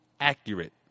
accurate